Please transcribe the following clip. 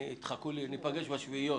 חכו לי, ניפגש בשביעיות.